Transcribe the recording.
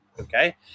okay